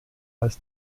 als